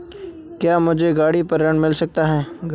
क्या मुझे गाड़ी पर ऋण मिल सकता है?